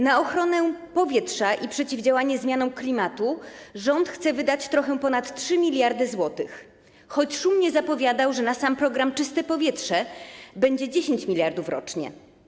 Na ochronę powietrza i przeciwdziałanie zmianom klimatu rząd chce wydać trochę ponad 3 mld zł, choć szumnie zapowiadał, że na sam program „Czyste powietrze” będzie 10 mld rocznie.